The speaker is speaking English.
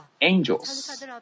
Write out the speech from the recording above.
angels